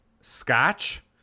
scotch